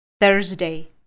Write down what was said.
Thursday